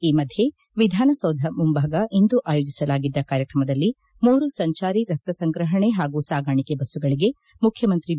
ಈ ಮಧ್ಯೆ ವಿಧಾನಸೌಧ ಮುಂಭಾಗ ಇಂದು ಆಯೋಜಿಸಲಾಗಿದ್ದ ಕಾರ್ಯಕ್ರಮದಲ್ಲಿ ಮೂರು ಸಂಚಾರಿ ರಕ್ತ ಸಂಗ್ರಹಣೆ ಹಾಗೂ ಸಾಗಾಣಿಕೆ ಬಸ್ಸುಗಳಿಗೆ ಮುಖ್ಯಮಂತ್ರಿ ಬಿ